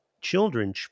children